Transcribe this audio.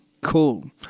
Cool